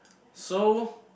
so